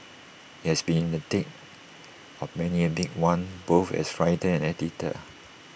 he has been in the thick of many A big one both as writer and editor